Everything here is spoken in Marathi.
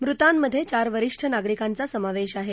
मृतांमध्ये चार वरिष्ठ नागरिकांचा समावेश आहे